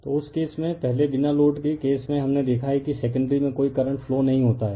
तो उस केस में पहले बिना लोड के केस में हमने देखा है कि सेकेंडरी में कोई करंट फ्लो नहीं होता है